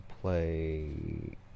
play